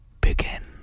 begin